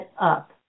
up